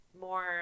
more